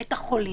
את החולים.